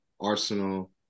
Arsenal